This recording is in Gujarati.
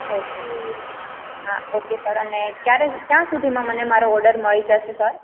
ઓકે હા ઓકે સર અને ક્યારે ક્યાં સુધીમાં મને મારો ઓડર મળી જશે સર